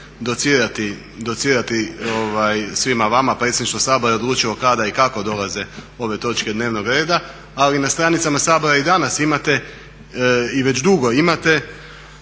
docirati svima vama, predsjedništvo Sabora je odlučilo kada i kako dolaze ove točke dnevnog reda, ali na stranicama Sabora i danas imate i već dugo imate